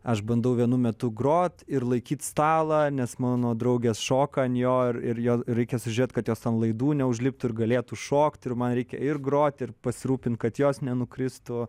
aš bandau vienu metu grot ir laikyti stalą nes mano draugės šoka ant jo ir jo reikia sužiūrėi kad jos ant laidų neužliptų ir galėtų šokti ir man reikia ir groti ir pasirūpinti kad jos nenukristų